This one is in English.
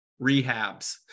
rehabs